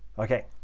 ok,